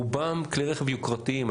רובם כלי רכב יוקרתיים.